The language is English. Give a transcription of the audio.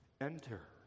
enter